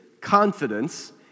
confidence